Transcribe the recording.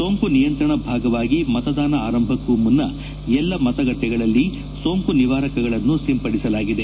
ಸೋಂಕು ನಿಯಂತ್ರಣ ಭಾಗವಾಗಿ ಮತದಾನ ಆರಂಭಕ್ಕೂ ಮುನ್ನ ಎಲ್ಲ ಮತಗಟ್ಟಿಗಳಲ್ಲಿ ಸೋಂಕು ನಿವಾರಕಗಳನ್ನು ಸಿಂಪಡಿಸಲಾಗಿದೆ